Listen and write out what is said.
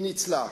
היא ניצלה,